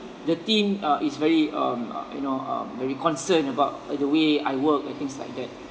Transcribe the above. the team uh is very um uh you know um very concerned about the way I work and things like that